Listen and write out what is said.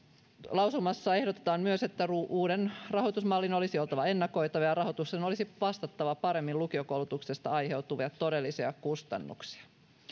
lausumassa ehdotetaan myös että uuden rahoitusmallin olisi oltava ennakoitava ja rahoituksen olisi vastattava paremmin lukiokoulutuksesta aiheutuvia todellisia kustannuksia